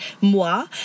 moi